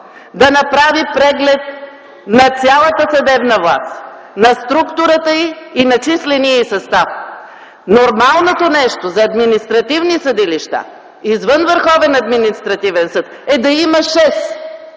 да направи преглед на цялата съдебна власт, на структурата й и на числения й състав. Нормалното нещо за административни съдилища, извън Върховен административен съд, е да има